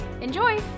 Enjoy